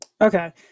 Okay